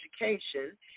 education